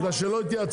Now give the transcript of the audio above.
בגלל שלא התייעצו.